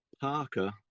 Parker